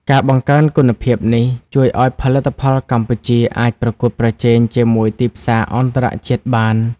ការបង្កើនគុណភាពនេះជួយឱ្យផលិតផលកម្ពុជាអាចប្រកួតប្រជែងជាមួយទីផ្សារអន្តរជាតិបាន។